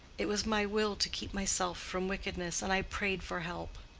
it was my will to keep myself from wickedness and i prayed for help.